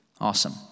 Awesome